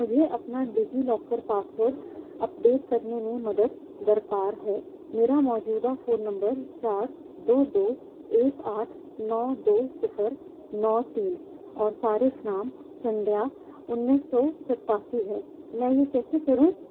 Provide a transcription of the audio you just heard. مجھے اپنا DigiLocker password update کرنے میں مدد درکار ہے میرا موجودہ فون نمبر چار دو دو ایک آٹھ نو دو صفر نو تین اور صارف نام سندھیا انیس سو ستاسی ہے میں یہ کیسے کروں